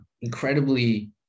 incredibly